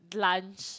lunch